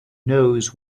knows